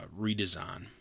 redesign